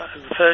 first